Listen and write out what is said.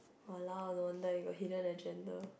!walao! no wonder you got hidden agenda